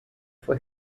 fue